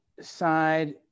side